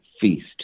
Feast